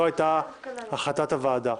זו הייתה החלטת הוועדה.